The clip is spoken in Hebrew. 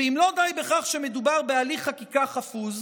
ואם לא די בכך שמדובר בהליך חקיקה חפוז,